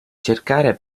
cercare